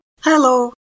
Hello